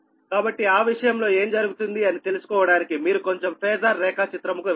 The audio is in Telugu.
కాబట్టి ఆ విషయంలో ఏం జరుగుతుంది అని తెలుసుకోవడానికి మీరు కొంచెం ఫేజార్ రేఖాచిత్రము కు వెళ్ళండి